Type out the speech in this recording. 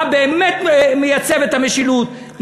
מה באמת מייצב את המשילות,